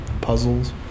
puzzles